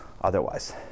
Otherwise